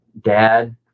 Dad